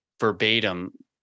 verbatim